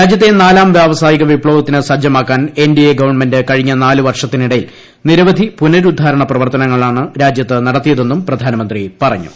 രാജൃത്തെ നാലാം വ്യാവസായിക വിപ്ലവത്തിന് സജ്ജമാക്കാൻ എൻ ഡി എ ഗവൺമെന്റ് കഴിഞ്ഞ നാല് വർഷത്തിനിടയിൽ നിരവധി പുനരുദ്ധാരണ പ്രവർത്തനങ്ങളാണ് രാജ്യത്ത് നടത്തിയതെന്നും പ്രധാനമന്ത്രി പറഞ്ഞു